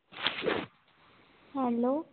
hello